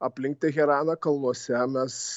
aplink teheraną kalnuose mes